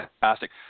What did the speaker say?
fantastic